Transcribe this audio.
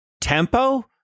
tempo